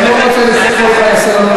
אני באמת לא רוצה לקרוא אותך לסדר.